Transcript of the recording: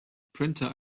printer